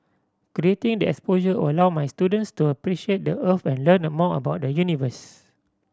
creating the exposure will allow my students to appreciate the Earth and learn more about the universe